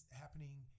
happening